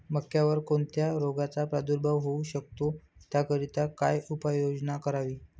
मक्यावर कोणत्या रोगाचा प्रादुर्भाव होऊ शकतो? त्याकरिता काय उपाययोजना करावी?